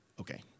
okay